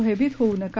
भयभीत होऊ नका